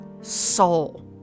soul